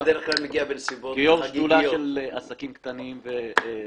כיו"ר שדולה של עסקים קטנים ובינוניים,